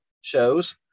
shows